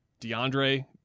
DeAndre